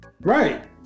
Right